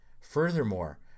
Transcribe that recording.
Furthermore